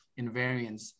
invariance